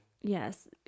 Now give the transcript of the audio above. Yes